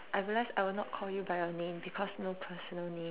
I realize I will not call you by your name because no personal name